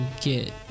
get